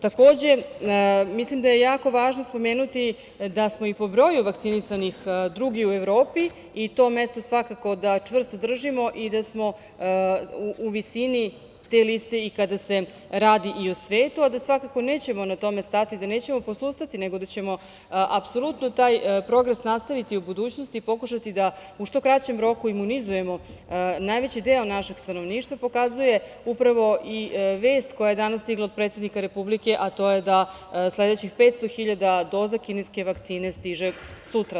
Takođe mislim da je jako važno spomenuti da smo i po broj vakcinisanih drugi u Evropi i to mesto svakako da čvrsto držimo i da smo u visini te liste i kada se radi i o svetu, a da svakako nećemo na tome stati, da nećemo posustati nego da ćemo apsolutno taj progres nastaviti i u budućnosti i pokušati da u što kraćem roku imunizujemo najveći deo našeg stanovništva pokazuje upravo i vest koja je danas stigla od predsednika Republike, a to je da sledećih 500 hiljada doza kineske vakcine stiže sutra.